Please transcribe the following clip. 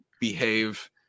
behave